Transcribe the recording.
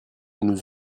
nous